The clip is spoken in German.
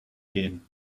gehen